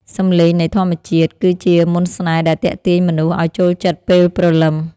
សំឡេងនៃធម្មជាតិគឺជាមន្តស្នេហ៍ដែលទាក់ទាញមនុស្សឱ្យចូលចិត្តពេលព្រលឹម។